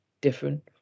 different